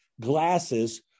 glasses